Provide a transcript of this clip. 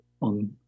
on